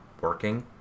working